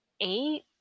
eight